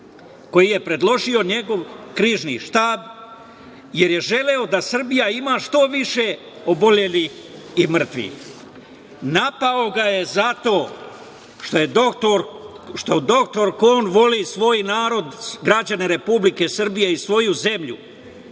koji je predložio njegov Krizni štab, jer je želeo da Srbija ima što više obolelih i mrtvih. Napao ga je zato što doktor Kon voli svoj narod, građane Republike Srbije i svoju zemlju